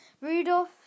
Rudolph